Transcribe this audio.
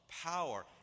Power